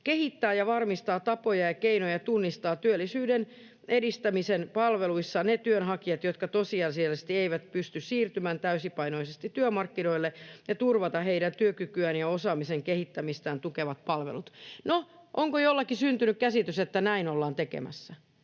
kehittää ja varmistaa tapoja ja keinoja tunnistaa työllisyyden edistämisen palveluissa ne työnhakijat, jotka tosiasiallisesti eivät pysty siirtymään täysipainoisesti työmarkkinoille, ja turvata heidän työkykyään ja osaamisen kehittämistään tukevat palvelut. No, onko jollakin syntynyt käsitys, että näin ollaan tekemässä?